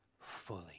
fully